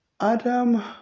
Adam